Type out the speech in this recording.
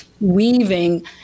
weaving